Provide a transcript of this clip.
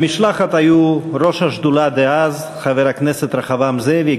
במשלחת היו ראש השדולה דאז חבר הכנסת רחבעם זאבי,